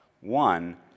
One